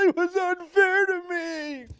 and was unfair to me.